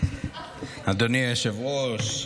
אדוני היושב-ראש,